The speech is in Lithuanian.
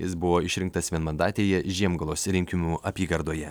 jis buvo išrinktas vienmandatėje žiemgalos rinkimų apygardoje